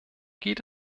geht